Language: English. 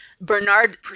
Bernard